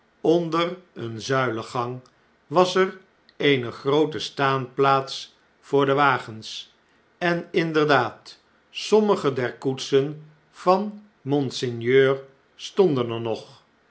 onder een zuilengang was er eene groote staanplaats voor de wagens en inderdaad sommige der koetsen van monseigneur stonden er nog